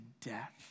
death